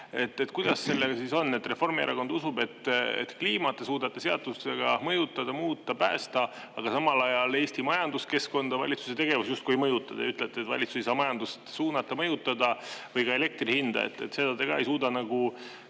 Kuidas sellega siis on: Reformierakond usub, et te suudate kliimat seadustega mõjutada, muuta, päästa, aga samal ajal Eesti majanduskeskkonda valitsuse tegevus justkui ei mõjuta. Ja te ütlete, et valitsus ei saa majandust suunata, mõjutada, või ka elektri hinda: seda te ka ei suuda suunata